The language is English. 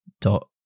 dot